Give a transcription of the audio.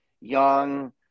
young